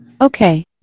Okay